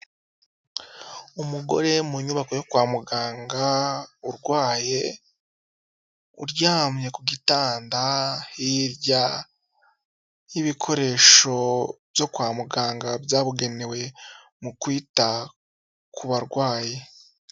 Umugore mu nyubako yo kwa muganga urwaye, uryamye ku gitanda hirya y'ibikoresho byo kwa muganga byabugenewe mu kwita ku barwayi.